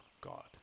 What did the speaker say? God